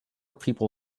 people